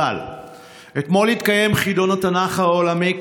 אבל אתמול התקיים חידון התנ"ך העולמי.